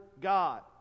God